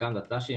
חלקם דתל"שים,